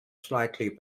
slightly